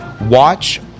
watch